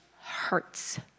hurts